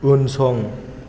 उनसं